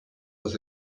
was